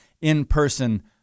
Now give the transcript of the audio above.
in-person